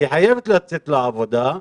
כי היא חייבת לצאת לעבודה,